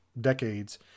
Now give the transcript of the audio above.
decades